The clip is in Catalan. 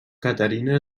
caterina